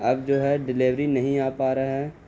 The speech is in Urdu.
اب جو ہے ڈیلیوری نہیں آ پا رہا ہے